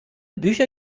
bücher